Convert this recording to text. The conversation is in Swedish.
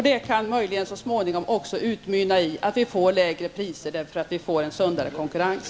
Det kan möjligen så småningom också resultera i att vi får lägre priser därför att vi får en sundare konkurrens.